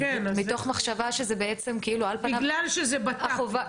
מתוך מחשבה שעל פניו --- בגלל שזה בט"פ.